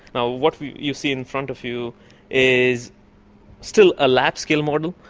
ah what you see in front of you is still a large scale model.